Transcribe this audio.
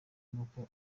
n’uko